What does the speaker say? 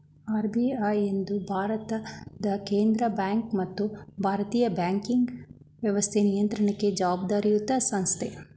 RBI ಎಂದು ಭಾರತದ ಕೇಂದ್ರ ಬ್ಯಾಂಕ್ ಮತ್ತು ಭಾರತೀಯ ಬ್ಯಾಂಕಿಂಗ್ ವ್ಯವಸ್ಥೆ ನಿಯಂತ್ರಣಕ್ಕೆ ಜವಾಬ್ದಾರಿಯತ ಸಂಸ್ಥೆ